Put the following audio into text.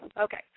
Okay